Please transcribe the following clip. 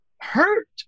hurt